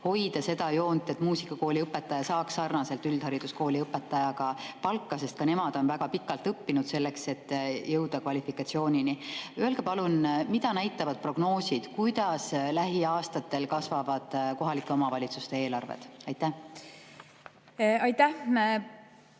hoida seda joont, et muusikakooliõpetaja saaks üldhariduskooliõpetaja omaga sarnast palka. Ka nemad on väga pikalt õppinud selleks, et jõuda kvalifikatsioonini. Öelge palun, mida näitavad prognoosid, kuidas lähiaastatel kasvavad kohalike omavalitsuste eelarved. Aitäh,